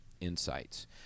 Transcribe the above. insights